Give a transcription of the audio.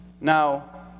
Now